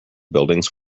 buildings